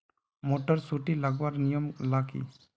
Motor सुटी लगवार नियम ला की?